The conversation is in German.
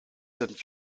sind